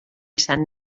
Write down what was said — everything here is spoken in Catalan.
sant